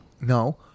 No